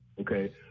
Okay